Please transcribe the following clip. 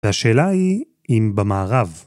השאלה היא אם במערב.